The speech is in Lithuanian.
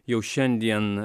jau šiandien